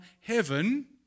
heaven